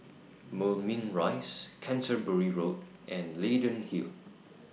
Moulmein Rise Canterbury Road and Leyden Hill